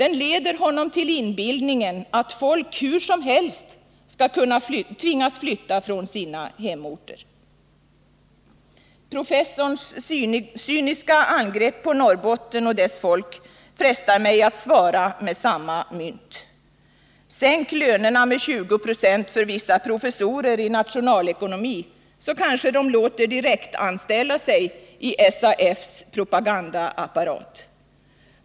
Den leder honom till inbillningen att folk hur som helst skall kunna tvingas att flytta från sina hemorter. Professorns cyniska angrepp på Norrbotten och dess folk frestar mig att svara med samma mynt: Sänk lönerna med 2096 för vissa professorer i nationalekonomi, så kanske de låter direktanställa sig i SAF:s propagandaapparat!